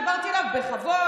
דיברתי אליו בכבוד.